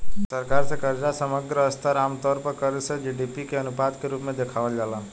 सरकार से कर्जा के समग्र स्तर आमतौर पर कर्ज से जी.डी.पी के अनुपात के रूप में देखावल जाला